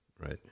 Right